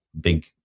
big